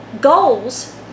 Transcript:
goals